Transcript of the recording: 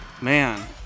man